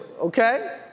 okay